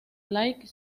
like